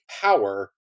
power